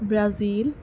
Brazil